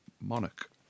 monarch